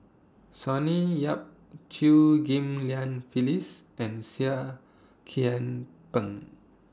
Sonny Yap Chew Ghim Lian Phyllis and Seah Kian Peng